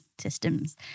systems